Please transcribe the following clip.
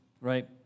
right